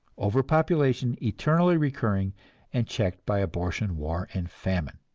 over-population eternally recurring and checked by abortion, war and famine!